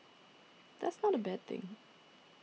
that is not a bad thing